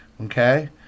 okay